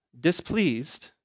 displeased